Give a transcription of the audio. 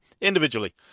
individually